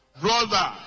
brother